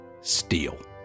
Steel